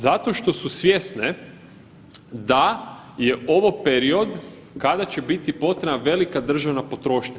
Zato što su svjesne da je ovo period kada će biti potrebna velika državna potrošnja.